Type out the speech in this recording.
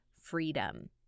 freedom